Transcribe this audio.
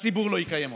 הציבור לא יקיים אותה.